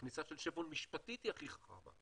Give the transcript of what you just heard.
הכניסה של 'שברון' משפטית היא הכי חכמה,